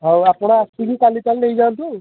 ହଉ ଆପଣ ଆସନ୍ତୁ କାଲି ତା'ହେଲେ ନେଇ ଯାଆନ୍ତୁ ଆଉ